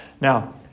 Now